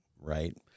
Right